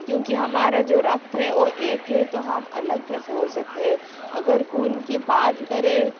क्योंकि हमारा जो रक्त है वो एक हे तो हम अलग कैसे हो सकते हैं अगर गुण की बात करें तो